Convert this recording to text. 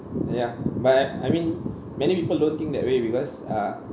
ya but I I mean many people don't think that way because uh